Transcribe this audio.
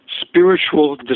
spiritual